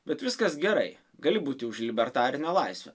bet viskas gerai gali būti už libertarinę laisvę